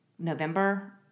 November